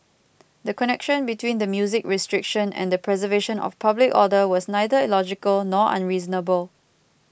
the connection between the music restriction and the preservation of public order was neither illogical nor unreasonable